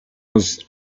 was